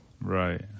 Right